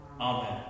Amen